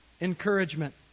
encouragement